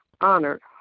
honored